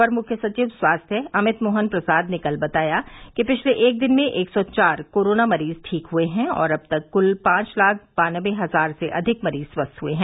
अपर मुख्य सचिव स्वास्थ्य अमित मोहन प्रसाद ने कल बताया कि पिछले एक दिन में एक सौ चार कोरोना मरीज ठीक हुए है और अब तक कुल पांच लाख बान्नबे हजार से अधिक मरीज स्वस्थ हुए हैं